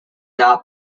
not